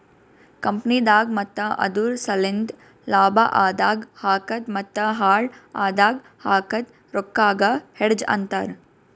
ಕಂಪನಿದಾಗ್ ಮತ್ತ ಅದುರ್ ಸಲೆಂದ್ ಲಾಭ ಆದಾಗ್ ಹಾಕದ್ ಮತ್ತ ಹಾಳ್ ಆದಾಗ್ ಹಾಕದ್ ರೊಕ್ಕಾಗ ಹೆಡ್ಜ್ ಅಂತರ್